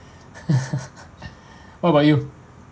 what about you